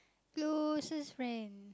closest friend